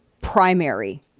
primary